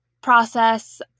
process